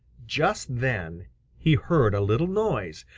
just then he heard a little noise,